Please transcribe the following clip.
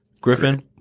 Griffin